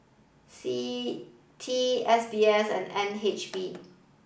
CITI S B S and N H B